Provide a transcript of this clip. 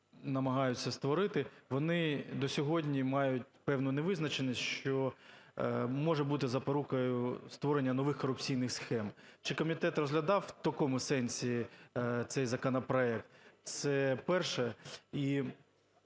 намагаються створити, вони до сьогодні мають певну невизначеність, що може бути запорукою створення нових корупційних схем. Чи комітет розглядав в такому сенсі цей законопроект? Це перше.